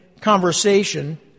conversation